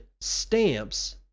stamps